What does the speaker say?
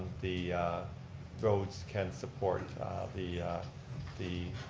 the roads can support the the